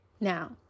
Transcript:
Now